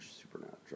supernatural